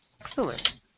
Excellent